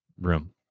room